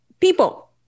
people